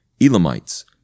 Elamites